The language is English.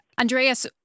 Andreas